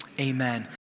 amen